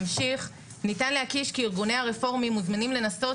ניתן להקיש כי ארגוני הרפורמים מוזמנים לנסות